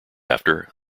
after